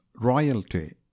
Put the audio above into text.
Royalty